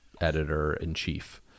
editor-in-chief